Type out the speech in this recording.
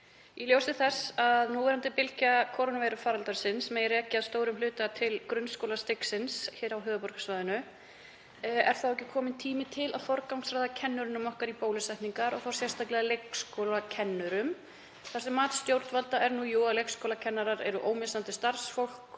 Í ljósi þess að núverandi bylgju kórónuveirufaraldursins má rekja að stórum hluta til grunnskólastigsins á höfuborgarsvæðinu er þá ekki kominn tími til að forgangsraða kennurunum okkar í bólusetningar og þá sérstaklega leikskólakennurum? Mat stjórnvalda er jú að leikskólakennarar séu ómissandi starfsfólk